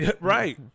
Right